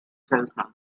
salesman